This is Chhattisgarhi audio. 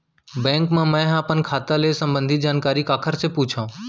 बैंक मा मैं ह अपन खाता ले संबंधित जानकारी काखर से पूछव?